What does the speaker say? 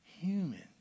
human